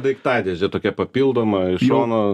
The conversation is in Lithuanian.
daiktadėžė tokia papildoma iš šono